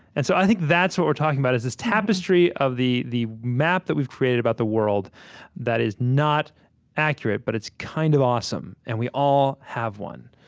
and so i think that's what we're talking about is this tapestry of the the map that we've created about the world that is not accurate, but it's kind of awesome. and we all have one.